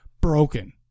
broken